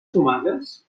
tomates